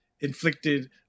inflicted